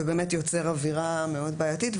ובאמת יוצר אווירה מאוד בעייתית.